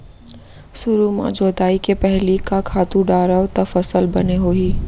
सुरु म जोताई के पहिली का खातू डारव त फसल बने होही?